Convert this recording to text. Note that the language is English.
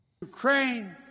Ukraine